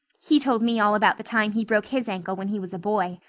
he told me all about the time he broke his ankle when he was a boy.